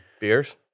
beers